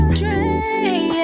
drain